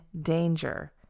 danger